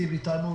ושייטיב איתנו,